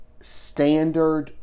standard